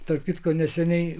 tarp kitko neseniai